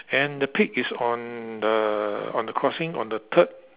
and the pig is on the on the crossing on the third